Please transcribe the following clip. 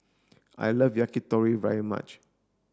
I love Yakitori very much